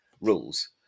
rules